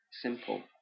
simple